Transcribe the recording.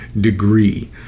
degree